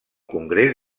congrés